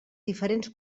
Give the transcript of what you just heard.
diferents